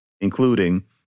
including